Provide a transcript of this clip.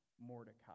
Mordecai